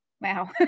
Wow